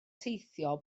teithio